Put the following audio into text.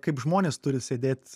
kaip žmonės turi sėdėt